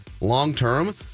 long-term